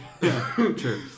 true